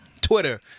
Twitter